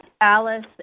Alice